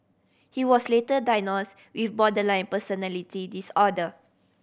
he was later diagnose with borderline personality disorder